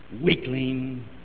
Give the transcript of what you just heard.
weakling